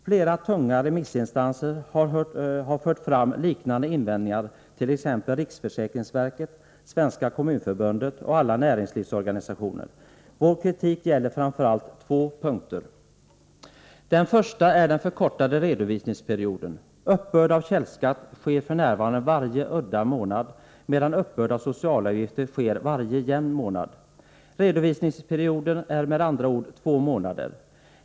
Flera tunga remissinstanser har fört fram liknande invändningar, t.ex. riksförsäkringsverket, Svenska Kommunförbundet och alla näringslivsorganisationer. Vår kritik gäller framför allt två punkter. Den första är den förkortade redovisningsperioden. Uppbörd av källskatt sker f.n. varje udda månad, medan uppbörd av socialavgifter sker varje jämn månad. Redovisningsperioden är med andra ord två månader.